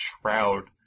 Shroud